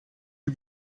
die